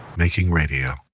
making radio